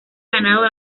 ganado